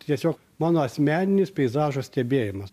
tiesiog mano asmeninis peizažo stebėjimas